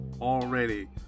already